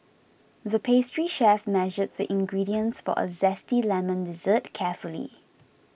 the pastry chef measured the ingredients for a Zesty Lemon Dessert carefully